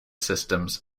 systems